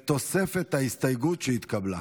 בתוספת ההסתייגות שהתקבלה.